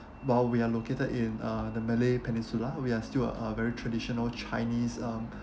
while we are located in uh the malay peninsula we are still uh very traditional chinese um